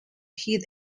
hit